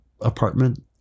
apartment